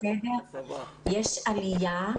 יש עלייה,